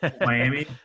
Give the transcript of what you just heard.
Miami